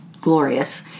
glorious